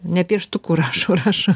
ne pieštuku rašo rašo